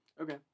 Okay